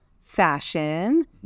fashion